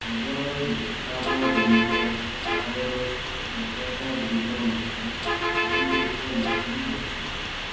ପ୍ରବଳ ଋତୁସ୍ରାବ ଜନିତ ରକ୍ତସ୍ରାବର ଜଟିଳତାଗୁଡ଼ିକ ମଧ୍ୟ ପ୍ରାରମ୍ଭିକ ଲକ୍ଷଣ ହୋଇପାରନ୍ତି